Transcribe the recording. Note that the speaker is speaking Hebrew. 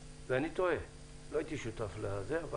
לא הייתי שותף מלא לכל החקיקה בנושא אבל